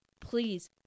please